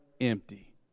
empty